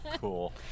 cool